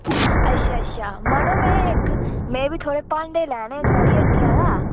अच्छा अच्छा मड़ो में इक में बी थोह्ड़े भांडे लैने हे थुआढ़ी हट्टिया दा